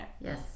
Yes